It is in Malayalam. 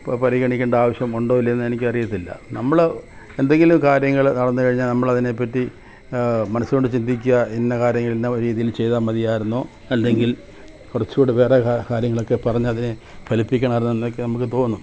ഇപ്പം പരിഗണിക്കേണ്ട ആവശ്യം ഉണ്ടോ ഇല്ലയോന്ന് എനിക്കറിയത്തില്ല നമ്മൾ എന്തെങ്കിലും കാര്യങ്ങൾ നടന്ന് കഴിഞ്ഞാൽ നമ്മളതിനെ പറ്റി മനസ്സ് കൊണ്ട് ചിന്തിക്കാൻ ഇന്ന കാര്യങ്ങൾ ഇന്ന രീതിയിൽ ചെയ്താൽ മതിയാരുന്നു അല്ലെങ്കിൽ കുറച്ച് കൂടെ വേറെ കാര്യങ്ങളൊക്കെ പറഞ്ഞതിനെ ഫലിപ്പിക്കണമായിരുന്നു എന്നൊക്കെ നമുക്ക് തോന്നും